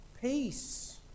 Peace